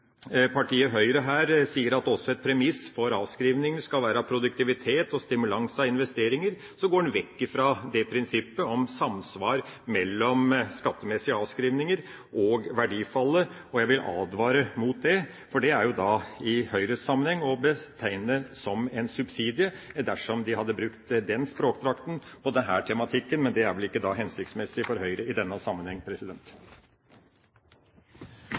partiet Høyre sier at et premiss for avskrivninger også skal være produktivitet og stimulans til investeringer, går en vekk fra prinsippet om samsvar mellom skattemessige avskrivninger og verdifallet. Jeg vil advare mot det, for det er jo i Høyre-sammenheng å betegne det som en subsidie, dersom de hadde brukt den språkdrakten og den tematikken. Men det er vel ikke hensiktsmessig for Høyre i denne sammenheng.